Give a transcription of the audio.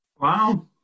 wow